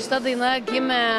šita daina gimė